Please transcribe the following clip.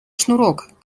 шнурок